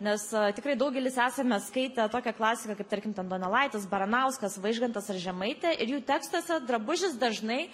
nes tikrai daugelis esame skaitę tokią klasiką kaip tarkim ten donelaitis baranauskas vaižgantas ar žemaitė ir jų tekstuose drabužis dažnai